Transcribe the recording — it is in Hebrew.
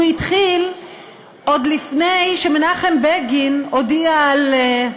הוא התחיל עוד לפני שמנחם בגין הודיע על,